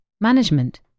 Management